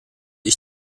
ich